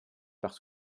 parce